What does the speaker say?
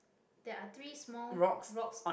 there are three small rocks